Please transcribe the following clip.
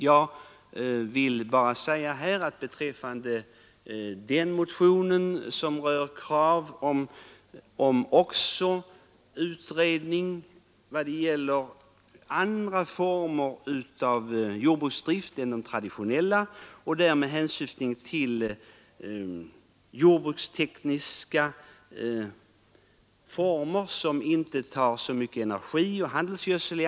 Jag vill också nämna något om den motion som rör krav på utredning även i vad gäller andra former av jordbruksdrift än de traditionella — den syftar till jordbrukstekniska former som inte tar i anspråk så mycket energi och handelsgödsel.